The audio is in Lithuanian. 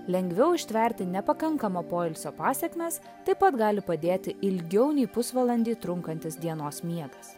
lengviau ištverti nepakankamo poilsio pasekmes taip pat gali padėti ilgiau nei pusvalandį trunkantis dienos miegas